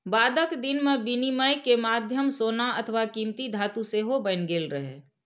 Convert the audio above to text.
बादक दिन मे विनिमय के माध्यम सोना अथवा कीमती धातु सेहो बनि गेल रहै